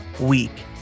week